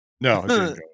No